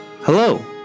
Hello